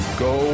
go